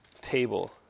table